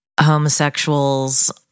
homosexuals